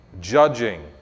judging